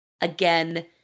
again